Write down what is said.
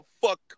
Fuck